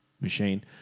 machine